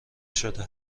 شده